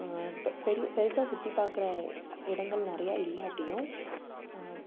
பெ பெரி பெருசாக சுற்றிப் பார்க்குற இடங்கள் நிறையா இல்லாட்டியும்